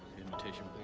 invitation,